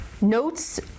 Notes